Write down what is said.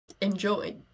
enjoy